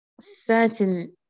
certain